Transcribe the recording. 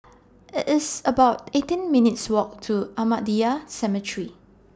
IT IS about eighteen minutes' Walk to Ahmadiyya Cemetery